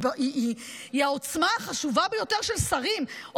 היא העוצמה החשובה ביותר של שרים.